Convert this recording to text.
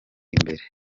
imbere